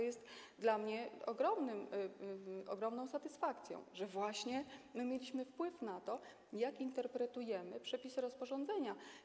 Jest dla mnie ogromną satysfakcją, że właśnie my mieliśmy wpływ na to, jak interpretujemy przepisy rozporządzenia.